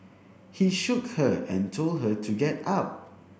he shook her and told her to get up